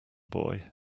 boy